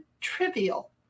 trivial